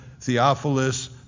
Theophilus